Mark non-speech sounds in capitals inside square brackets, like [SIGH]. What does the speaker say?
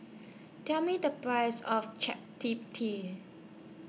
Tell Me The Price of [UNINTELLIGIBLE]